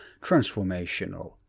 transformational